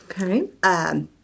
Okay